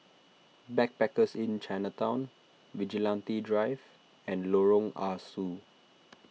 Backpackers Inn Chinatown Vigilante Drive and Lorong Ah Soo